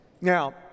Now